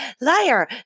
liar